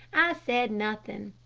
i said nothing.